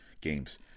Games